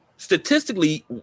statistically